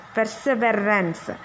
Perseverance